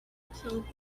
killed